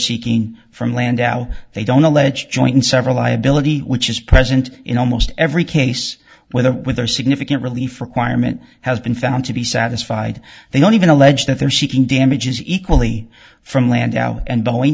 seeking from landau they don't allege joint and several liability which is present in almost every case whether with or significant relief requirement has been found to be satisfied they don't even allege that they're seeking damages equally from land out and boeing